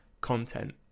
content